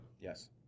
Yes